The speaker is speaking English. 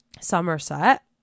Somerset